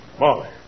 Molly